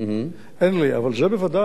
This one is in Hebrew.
אבל זה בוודאי חשוב ביותר.